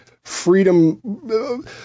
freedom